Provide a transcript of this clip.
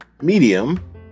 Medium